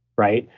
right?